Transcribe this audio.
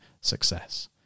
success